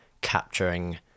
capturing